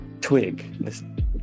twig